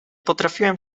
potrafiłem